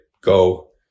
go